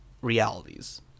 realities